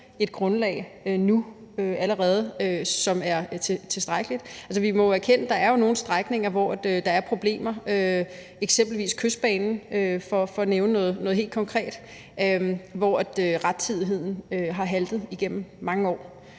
et grundlag, som er tilstrækkeligt? Altså, vi må jo erkende, at der er nogle strækninger, hvor der er problemer. Det gælder eksempelvis Kystbanen – for at nævne noget helt konkret – hvor rettidigheden har haltet igennem mange år.